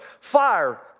Fire